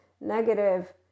negative